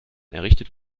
errichtet